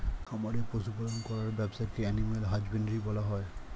খামারে পশু পালন করার ব্যবসাকে অ্যানিমাল হাজবেন্ড্রী বলা হয়